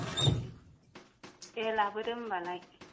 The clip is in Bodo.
ए दे लाबोदो होनब्लाय